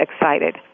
excited